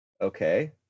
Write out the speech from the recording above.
Okay